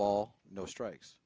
ball no strikes